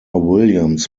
williams